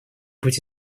быть